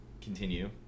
continue